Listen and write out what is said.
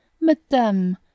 Madame